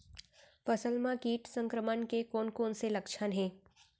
फसल म किट संक्रमण के कोन कोन से लक्षण हे?